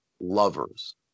lovers